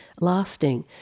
lasting